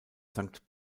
sankt